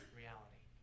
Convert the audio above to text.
reality